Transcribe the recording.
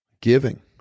Giving